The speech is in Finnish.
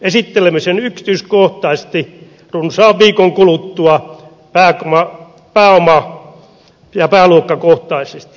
esittelemme sen yksityiskohtaisesti runsaan viikon kuluttua pääoma ja pääluokkakohtaisesti